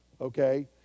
okay